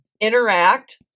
interact